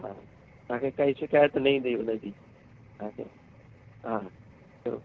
हा तव्हांखे काई शिकायत न ईंदी हुनजी हा हा ज़रूरु